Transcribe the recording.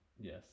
Yes